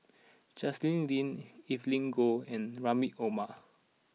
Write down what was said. Justin Lean Evelyn Goh and Rahim Omar